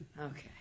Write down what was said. Okay